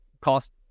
cost